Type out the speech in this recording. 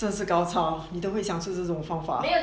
这是高招你都会想出这种方法